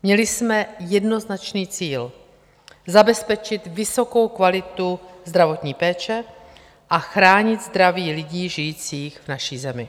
Měli jsme jednoznačný cíl zabezpečit vysokou kvalitu zdravotní péče a chránit zdraví lidí žijících v naší zemi.